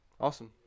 Awesome